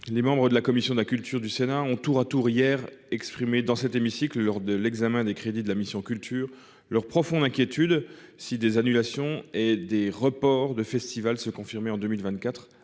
Les membres de la commission de la culture du Sénat ont tour à tour exprimé hier, dans l'hémicycle, lors de l'examen des crédits de la mission « Culture » leur profonde inquiétude si des annulations et des reports de festivals se confirmaient en 2024